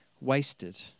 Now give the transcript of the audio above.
wasted